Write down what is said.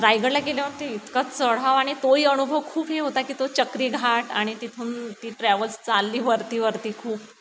रायगडला गेल्यावरती इतका चढाव आणि तोही अनुभव खूप हे होता की तो चक्रीघाट आणि तिथून ती ट्रॅव्हल्स चालली वरती वरती खूप